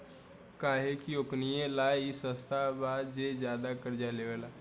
काहे कि ओकनीये ला ई सस्ता बा जे ज्यादे कर्जा लेवेला